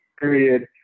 period